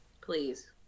Please